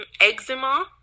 eczema